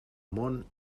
món